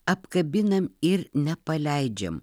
apkabinam ir nepaleidžiam